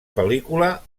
pel·lícula